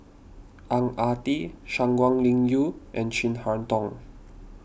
Ang Ah Tee Shangguan Liuyun and Chin Harn Tong